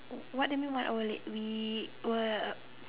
what do you mean one hour late we were